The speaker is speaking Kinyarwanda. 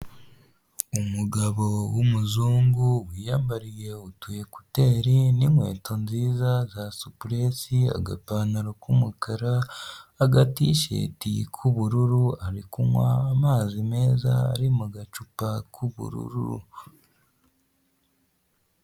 Umugabo w'umuzungu wiyambariye utu ekuteri n'inkweto nziza za supures, agapantaro k'umukara, agatisheti k'ubururu ari kunywa amazi meza ari mu gacupa k'ubururu.